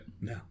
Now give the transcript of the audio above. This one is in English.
No